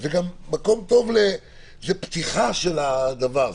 זו פתיחה של הדבר,